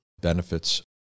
Benefits